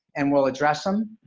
and we'll address them,